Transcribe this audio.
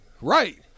Right